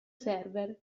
server